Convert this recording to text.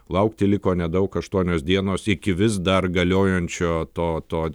laukti liko nedaug aštuonios dienos iki vis dar galiojančio to to